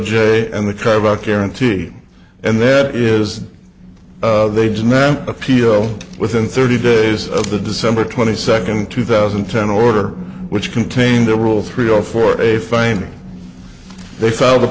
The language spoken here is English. j and the car about guarantee and that is they just now appeal within thirty days of the december twenty second two thousand and ten order which contained the rule three or four a fine they found the